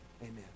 Amen